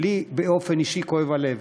לי באופן אישי כואב הלב,